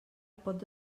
pot